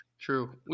True